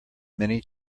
many